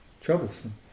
troublesome